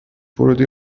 ورودی